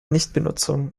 nichtbenutzung